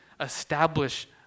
establish